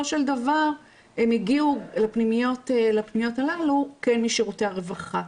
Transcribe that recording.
של דבר הם הגיעו לפנימיות הללו כן משירותי הרווחה,